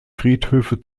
friedhöfe